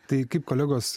tai kaip kolegos